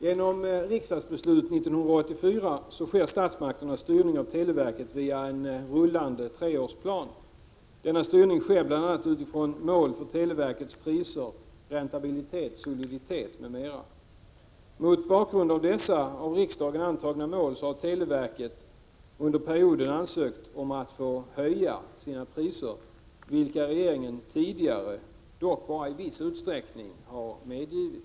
Genom riksdagsbeslut 1984 sker statsmakternas styrning av televerket via en rullande treårsplan. Denna styrning sker bl.a. utifrån målen för televerkets priser, räntabilitet, soliditet m.m. Mot bakgrund av dessa av riksdagen antagna mål har televerket under åren ansökt om att få höja sina priser, vilket regeringen tidigare dock bara i viss utsträckning har medgivit.